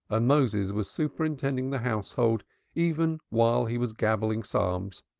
and moses was superintending the household even while he was gabbling psalms.